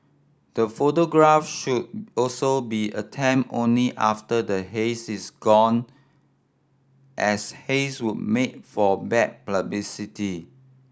the photograph should also be attempted only after the haze is gone as haze would make for bad publicity